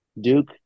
Duke